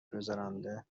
گذرانده